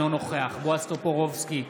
אינו נוכח בועז טופורובסקי,